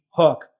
hook